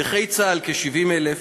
ונכי צה"ל הם כ-70,000.